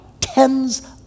tens